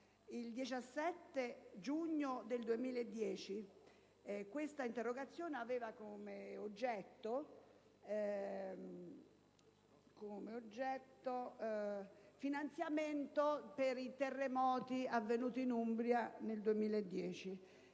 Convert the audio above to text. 17 giugno 2010. Questa interrogazione ha come oggetto il finanziamento per i terremoti avvenuti in Umbria nel 2010.